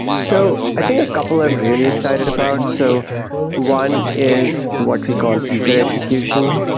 so i think a couple i'm really excited about. so one is what we call eager execution,